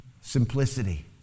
Simplicity